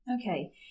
Okay